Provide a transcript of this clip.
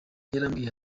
yarambwiye